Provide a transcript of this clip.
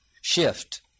shift